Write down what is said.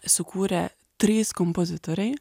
sukūrė trys kompozitoriai